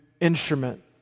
instrument